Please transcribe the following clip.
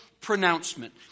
pronouncement